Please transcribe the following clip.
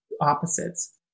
opposites